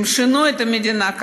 והם שינו את המדינה.